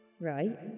Right